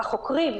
החוקרים,